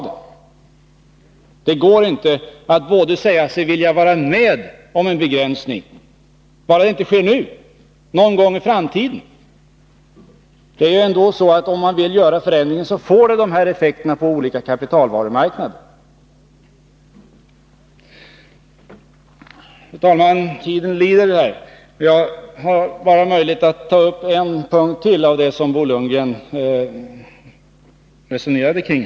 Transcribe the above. Det går inte att säga sig vilja vara med om en begränsning, bara den inte sker nu utan någon gång i framtiden. Vill man göra förändringar får man de nämnda effekterna på olika kapitalvarumarknader. Fru talman! Tiden lider. Jag har bara möjlighet att ta upp en punkt till av det som Bo Lundgren resonerade kring.